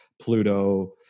Pluto